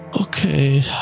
Okay